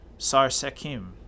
Sar-Sekim